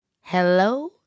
Hello